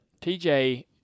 TJ